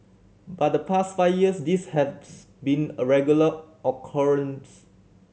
but the past five years this had been a regular occurrence